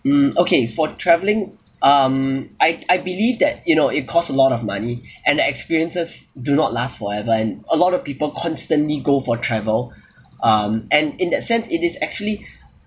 mm okay for travelling um I I believe that you know it costs a lot of money and the experiences do not last forever and a lot of people constantly go for travel um and in that sense it is actually